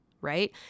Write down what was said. right